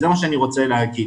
זה מה שאני רוצה להגיד.